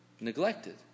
neglected